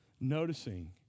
noticing